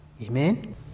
Amen